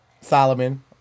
Solomon